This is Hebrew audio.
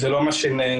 זה לא מה שאמרתי.